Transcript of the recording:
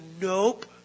nope